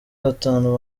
batanu